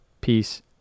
peace